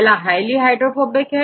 पहला highly hydrophobic है